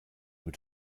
mit